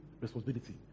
responsibility